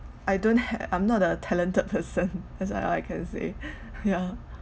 I don't have I'm not a talented person that is all I can say yeah